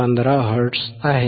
15 hertz आहे